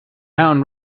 mountain